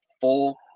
full